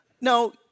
No